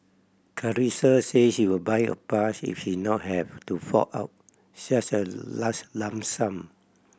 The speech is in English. Carissa said she would buy a pass if she not have to fork out such a large lump sum